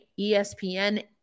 ESPN